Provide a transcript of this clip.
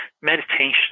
meditation